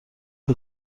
فکر